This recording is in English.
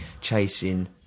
chasing